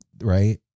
Right